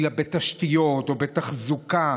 בתשתיות או בתחזוקה,